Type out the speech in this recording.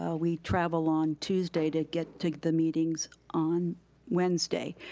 ah we travel on tuesday to get to the meetings on wednesday.